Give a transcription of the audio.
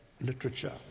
literature